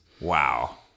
Wow